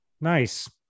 Nice